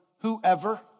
whoever